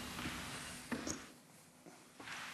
בוודאי.